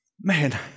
Man